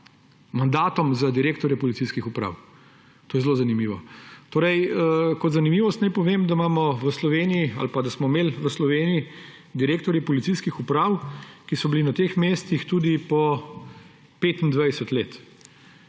mandatom za direktorje policijskih uprav. To je zelo zanimivo. Kot zanimivost naj povem, da smo imeli v Sloveniji direktorje policijskih uprav, ki so bili na teh mestih tudi po 25 let.